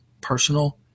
personal